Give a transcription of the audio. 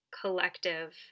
collective